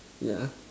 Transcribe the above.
yeah